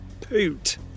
poot